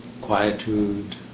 quietude